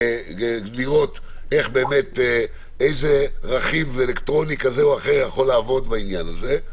כדי לראות איזה רכיב אלקטרוני כזה או אחר יכול לעבוד בעניין הזה,